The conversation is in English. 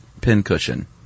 pincushion